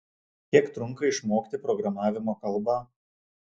kiek trunka išmokti programavimo kalbą